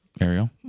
Ariel